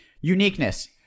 Uniqueness